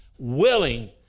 willing